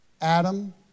Adam